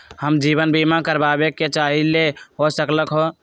हम जीवन बीमा कारवाबे के चाहईले, हो सकलक ह?